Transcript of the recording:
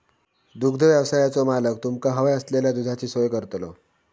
दुग्धव्यवसायाचो मालक तुमका हव्या असलेल्या दुधाची सोय करतलो